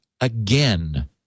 again